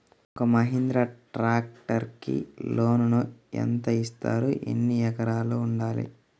ఒక్క మహీంద్రా ట్రాక్టర్కి లోనును యెంత ఇస్తారు? ఎన్ని ఎకరాలు ఉండాలి?